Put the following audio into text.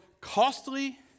costly